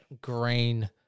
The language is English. Green